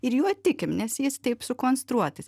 ir juo tikim nes jis taip sukonstruotas